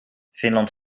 finland